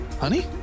Honey